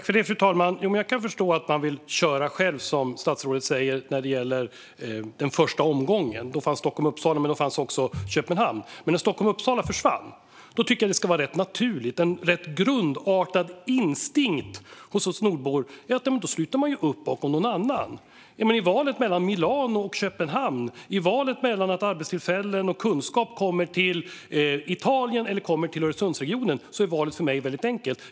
Fru talman! Jag kan förstå att man vill köra själv, som statsrådet säger, i den första omgången. Då fanns Stockholm och Uppsala, men då fanns även Köpenhamn. Men när Stockholm och Uppsala försvann tycker jag att det skulle vara rätt naturligt och i grunden en instinkt hos oss nordbor att sluta upp bakom någon annan. I valet mellan Milano och Köpenhamn - i valet mellan att arbetstillfällen och kunskap kommer till Italien eller till Öresundsregionen - är valet mycket enkelt för mig.